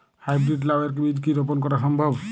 High breed লাও এর বীজ কি রোপন করা সম্ভব?